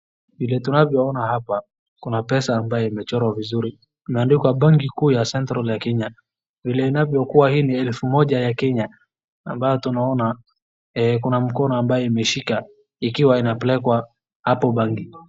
Vile tunavyoona hapa kuna pesa ambayo imechorwa vizuri imeandikwa banki kuu ya central ya Kenya. Vile inavyokuwa hii ni elfu moja ya Kenya ambayo tunaona kuna mkono ambayo imeshika ikiwa inapelekwa hapo banki kuu.